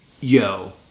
Yo